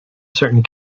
certain